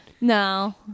No